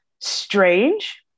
strange